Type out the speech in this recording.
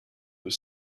were